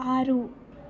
ಆರು